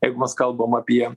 jeigu mes kalbam apie